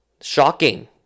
Shocking